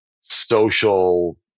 social